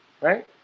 right